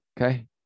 okay